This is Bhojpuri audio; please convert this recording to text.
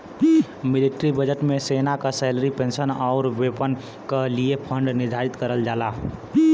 मिलिट्री बजट में सेना क सैलरी पेंशन आउर वेपन क लिए फण्ड निर्धारित करल जाला